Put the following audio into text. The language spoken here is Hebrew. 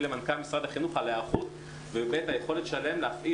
למנכ"ל משרד החינוך על ההיערכות ועל היכולת שלהם להפעיל